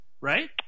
right